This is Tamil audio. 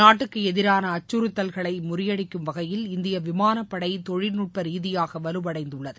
நாட்டுக்கு எதிரான அக்கறத்தல்களை முறியடிக்கும் வகையில் இந்திய விமானப்படை தொழில்நுட்ப ரீதியாக வலுவடைந்துள்ளது